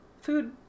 Food